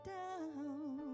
down